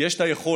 כי יש את היכולת.